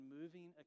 moving